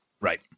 Right